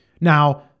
Now